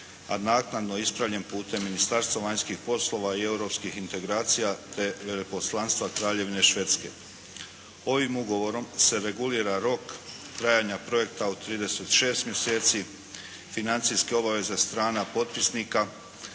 a naknadno ispravljen putem Ministarstva vanjskih poslova i europskih integracija te Veleposlanstva Kraljevine Švedske. Ovim ugovorom se regulira rok trajanja projekta od 36 mjeseci, financijske obaveze strana potpisnika,